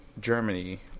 Germany